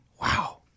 Wow